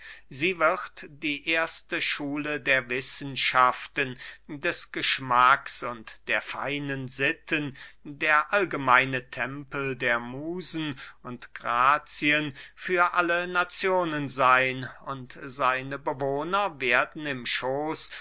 sie wird die erste schule der wissenschaften des geschmacks und der feinern sitten der allgemeine tempel der musen und grazien für alle nazionen seyn und seine bewohner werden im schooß